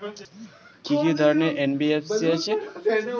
কি কি ধরনের এন.বি.এফ.সি আছে?